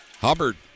Hubbard